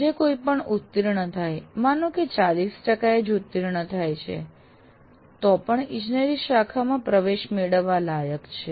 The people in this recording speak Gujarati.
જે કોઈ પણ ઉતીર્ણ થાય માનો કે ૪૦ ટકાએ જ ઉતીર્ણ થાય છે તો પણ ઇજનેરી શાખામાં પ્રવેશ મેળવવા લાયક છે